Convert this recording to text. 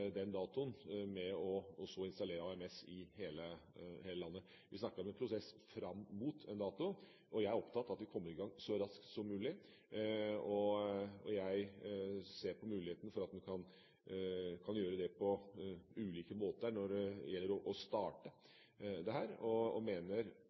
den datoen og så installere AMS i hele landet. Vi snakker om en prosess fram mot en dato. Jeg er opptatt av at vi kommer i gang så raskt som mulig. Jeg ser på muligheten for at en kan gjøre det på ulike måter når det gjelder å